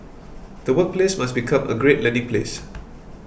the workplace must become a great learning place